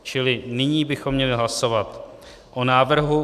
Čili nyní bychom měli hlasovat o návrhu: